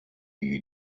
you